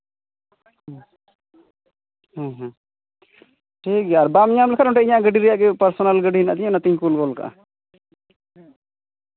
ᱴᱷᱤᱠ ᱜᱮᱭᱟ ᱟᱨ ᱵᱟᱢ ᱧᱟᱢ ᱞᱮᱠᱷᱟᱡ ᱱᱚᱰᱮ ᱤᱧᱟᱜ ᱜᱟᱹᱰᱤ ᱨᱮᱭᱟᱜ ᱜᱮ ᱯᱟᱨᱥᱳᱱᱟᱞ ᱜᱟᱹᱰᱤ ᱦᱮᱱᱟᱜ ᱛᱤᱧᱟᱹ ᱚᱱᱟᱛᱮᱧ ᱠᱩᱞ ᱜᱚᱫ ᱠᱟᱜᱼᱟ